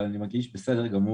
אבל אני מרגיש בסדר גמור.